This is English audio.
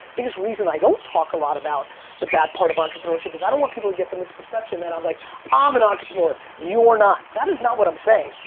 biggest reason i don't talk a lot about the bad part of entrepreneurship is i don't want people to get the misperception that i'm like i'm um an entrepreneur! you're not. that is not what i'm saying!